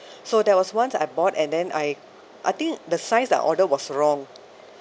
so there was once I bought and then I I think the size I ordered was wrong